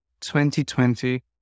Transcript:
2020